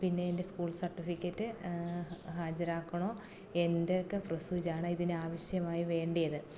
പിന്നെ എൻ്റെ school certificate ഹാജരാക്കണോ എന്തൊക്കെ പ്രോസീജ് ആണ് ഇതിന് ആവശ്യമായി വേണ്ടത്